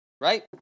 right